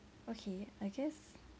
okay I guess